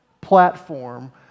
platform